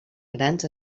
grans